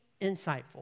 insightful